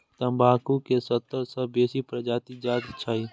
तंबाकू के सत्तर सं बेसी प्रजाति ज्ञात छै